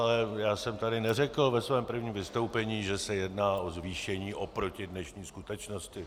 Ale já jsem tady neřekl ve svém prvním vystoupení, že se jedná o zvýšení oproti dnešní skutečnosti.